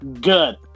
good